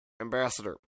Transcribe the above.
ambassador